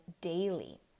daily